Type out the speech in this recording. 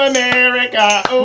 America